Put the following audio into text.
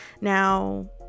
Now